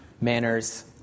manners